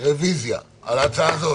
רוויזיה על ההצעה הזאת.